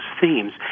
themes